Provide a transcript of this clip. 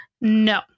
No